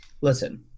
Listen